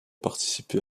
participé